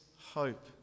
hope